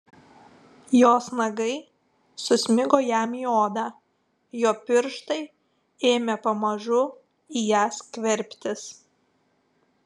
jos nagai susmigo jam į odą jo pirštai ėmė pamažu į ją skverbtis